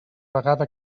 vegada